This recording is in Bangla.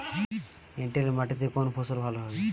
এঁটেল মাটিতে কোন ফসল ভালো হয়?